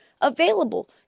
available